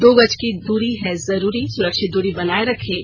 दो गज की दूरी है जरूरी सुरक्षित दूरी बनाए रखें